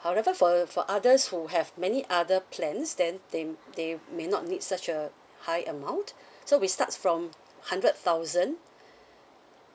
however for for others who have many other plans then they they may not need such a high amount so we starts from hundred thousand